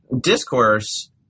discourse